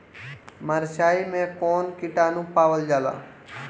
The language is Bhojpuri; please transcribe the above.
मारचाई मे कौन किटानु पावल जाला?